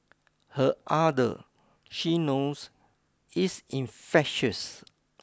her ardour she knows is infectious